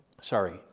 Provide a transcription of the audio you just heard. Sorry